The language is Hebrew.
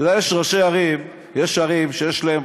אתה יודע, יש ראשי ערים, יש ערים שיש להן